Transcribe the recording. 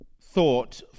thought